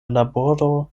laboro